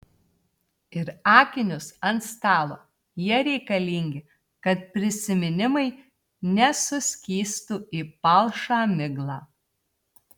ir akinius ant stalo jie reikalingi kad prisiminimai nesuskystų į palšą miglą